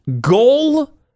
goal